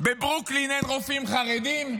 בברוקלין אין רופאים חרדים?